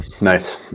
Nice